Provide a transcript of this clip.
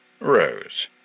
Rose